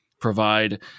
provide